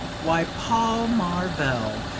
why, paul marvell,